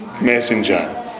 messenger